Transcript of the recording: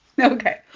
Okay